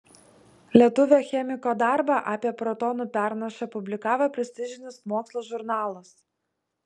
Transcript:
lietuvio chemiko darbą apie protonų pernašą publikavo prestižinis mokslo žurnalas